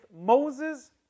Moses